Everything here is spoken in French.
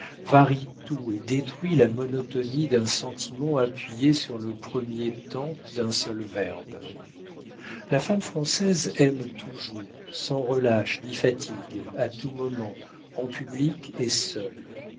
tout et détruit la monotonie d'un sentiment appuyé sur le premier temps d'un seul verbe la femme française aime toujours sans relâche ni fatigue à tout moment en public et seule